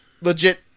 legit